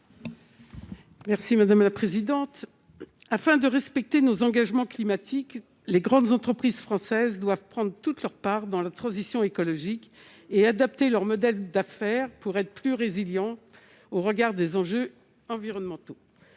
Merci madame la présidente, afin de respecter nos engagements climatiques, les grandes entreprises françaises doivent prendre toute leur part dans la transition écologique et adapter leur modèle d'affaires pour être plus résiliant au regard des enjeux environnementaux